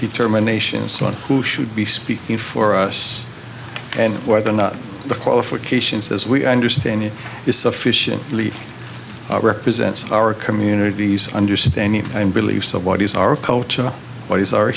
determinations about who should be speaking for us and whether or not the qualifications as we understand it is sufficiently represents our communities understanding and beliefs of what is our culture what is our